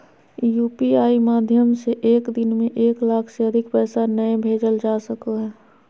UPI माध्यम से एक दिन में एक लाख से अधिक पैसा नय भेजल जा सको हय